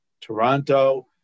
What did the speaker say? Toronto